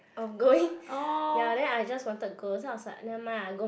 of going ya then I just want to go so I was like never mind I go my